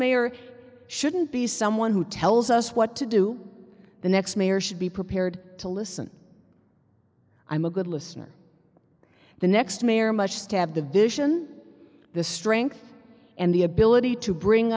mayor shouldn't be someone who tells us what to do the next mayor should be prepared to listen i'm a good listener the next mayor much to have the vision the strength and the ability to bring